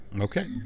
Okay